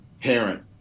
parent